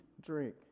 drink